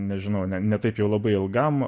nežinau ne ne taip jau labai ilgam